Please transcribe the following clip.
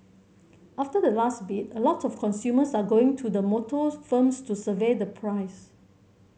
after the last bid a lot of consumers are going to the motor firms to survey the price